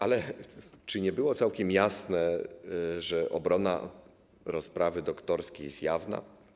Ale czy nie było całkiem jasne, że obrona rozprawy doktorskiej jest jawna?